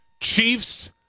Chiefs